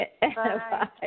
Bye